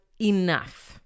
enough